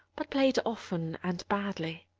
but played often and badly.